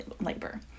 labor